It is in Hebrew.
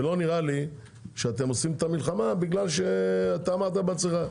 ולא נראה לי שאתם עושים את המלחמה כי אמרת בעצמך,